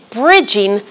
bridging